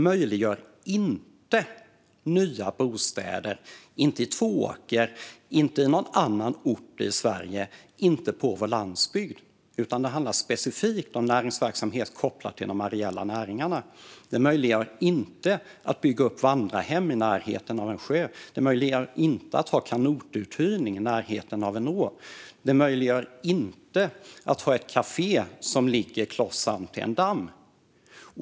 Det möjliggör inte nya bostäder, inte i Tvååker eller på någon annan ort i Sverige och inte på vår landsbygd, utan det handlar specifikt om näringsverksamhet kopplad till de areella näringarna. Det möjliggör inte att bygga ett vandrarhem i närheten av en sjö. Det möjliggör inte att ha kanotuthyrning i närheten av en å. Det möjliggör inte att ha ett kafé som ligger kloss inpå en damm.